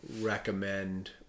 recommend